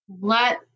let